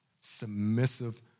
submissive